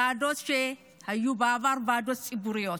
על ועדות שהיו בעבר ועדות ציבוריות.